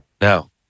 Now